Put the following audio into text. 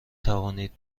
توانید